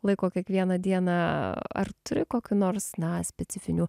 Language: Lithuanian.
laiko kiekvieną dieną ar turi kokių nors na specifinių